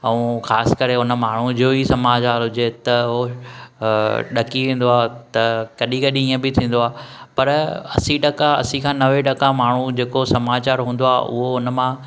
ऐं ख़ासि करे हुन माण्हू जो ई समाचार हुजे त हो ॾकी वेंदो आहे त कॾहिं कॾहिं हीअं बि थींदो आहे पर असी टका असी खां नवे टका माण्हू जेको समाचार हूंदो आहे उहो हुनमां